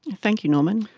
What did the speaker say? thank you norman.